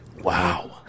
Wow